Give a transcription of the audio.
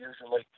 usually